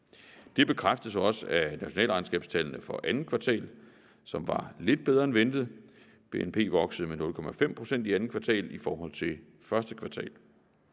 Det bekræftes også af nationalregnskabstallene for andet kvartal, som var lidt bedre end ventet. BNP voksede med 0,5 pct. i andet kvartal i forhold til første kvartal.